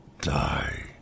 die